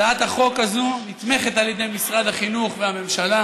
הצעת החוק הזאת נתמכת על ידי משרד החינוך והממשלה,